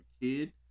kid